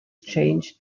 change